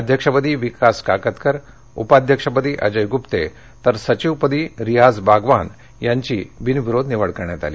अध्यक्षपदी विकास काकतकर उपाध्यक्षपदी अजय ग्रुप्ते तर सचिवपदी रियाझ बागवान यांची बिनविरोध निवड करण्यात आली